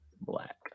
Black